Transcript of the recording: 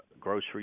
grocery